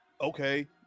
okay